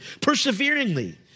perseveringly